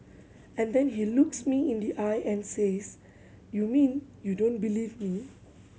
and then he looks me in the eye and says you mean you don't believe me